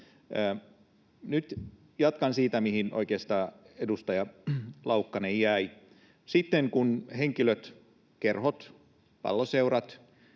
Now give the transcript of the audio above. Nyt jatkan siitä, mihin oikeastaan edustaja Laukkanen jäi. Sitten kun henkilöt, kerhot, palloseurat